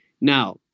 Now